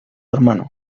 hermano